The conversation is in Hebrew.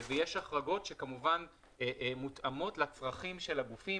יש החרגות שכמובן מותאמות לצרכים של הגופים.